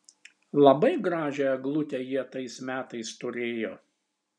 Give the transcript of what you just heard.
labai gražią eglutę jie tais metais turėjo